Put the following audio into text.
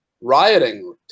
rioting